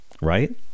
right